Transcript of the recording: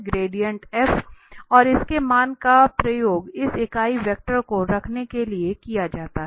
gradient f और इसके मान का प्रयोग इस इकाई वेक्टर को रखने के लिए किया जाता है